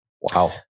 Wow